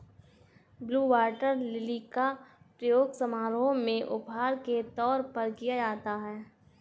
blue water lily का प्रयोग समारोह में उपहार के तौर पर किया जाता है